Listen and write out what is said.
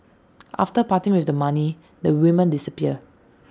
after parting with the money the women disappear